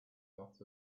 dot